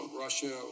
Russia